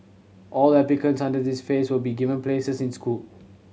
all applicants under this phase will be given places in school